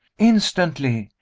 instantly!